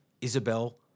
Isabel